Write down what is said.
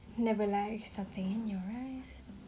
never lies something your eyes